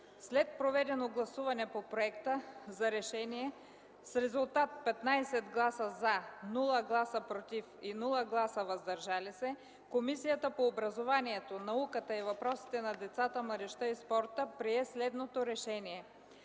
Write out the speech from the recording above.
След проведено гласуване по Проекта за решение с резултат 15 гласа „за”, без „против” и „въздържали се” Комисията по образованието, науката и въпросите на децата, младежта и спорта прие следното решение: